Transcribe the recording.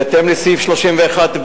בהתאם לסעיף 31(ב)